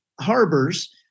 harbors